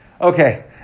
Okay